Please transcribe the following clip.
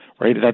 right